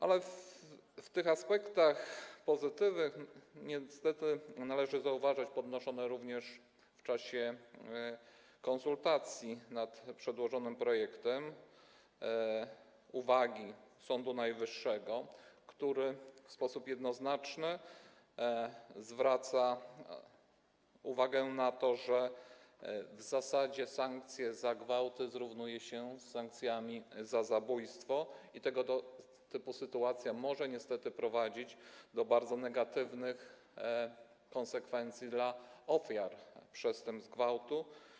Ale w tych aspektach pozytywnych niestety należy zauważać podnoszone również w czasie konsultacji nad przedłożonym projektem uwagi Sądu Najwyższego, który w sposób jednoznaczny zwraca uwagę na to, że w zasadzie sankcje za gwałty zrównuje się z sankcjami za zabójstwo i tego typu sytuacja może niestety prowadzić do bardzo negatywnych konsekwencji dla ofiar przestępstw gwałtu.